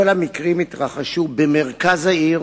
כל המקרים התרחשו במרכז העיר